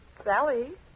Sally